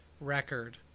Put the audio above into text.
record